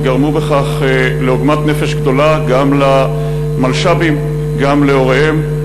וגרמו בכך עוגמת נפש גדולה גם למלש"בים וגם להוריהם,